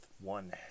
one